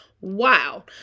Wow